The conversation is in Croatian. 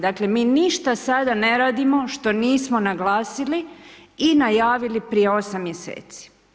Dakle, mi ništa sada ne radimo što nismo naglasili i najavili prije 8 mjeseci.